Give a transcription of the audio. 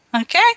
okay